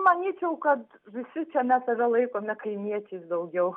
manyčiau kad visi čia mes save laikome kaimiečiais daugiau